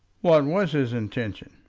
what was his intention?